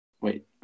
Wait